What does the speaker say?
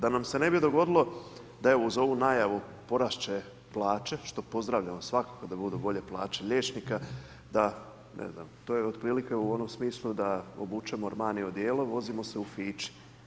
Da nam se ne bi dogodilo, da evo, uz ovu najavu, porasti će plaće, što pozdravljam svakoga da budu bolje plaće liječnika, da ne znam, to je otprilike u onom smislu, da obučem Armani odjelu, i vozimo se u fići.